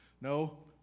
no